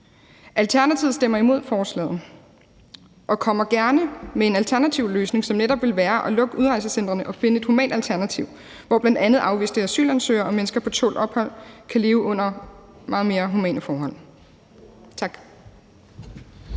Alternativet stemmer imod forslaget og kommer gerne med en alternativ løsning, som netop ville være at lukke udrejsecentrene og finde et humant alternativ, hvor bl.a. afviste asylansøgere og mennesker på tålt ophold kan leve under meget mere humane forhold. Tak.